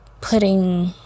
putting